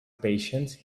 patience